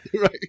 Right